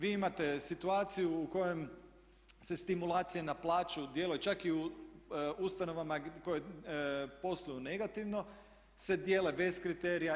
Vi imate situaciju u kojoj se stimulacije naplaćuju čak i u ustanovama koje posluju negativno se dijele bez kriterija.